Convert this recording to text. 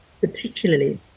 particularly